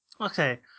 okay